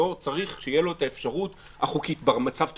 לא צריך שיהיה לו את האפשרות החוקית במצב תיאורטי.